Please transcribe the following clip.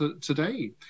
today